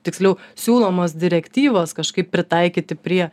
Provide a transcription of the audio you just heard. tiksliau siūlomos direktyvos kažkaip pritaikyti prie